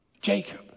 Jacob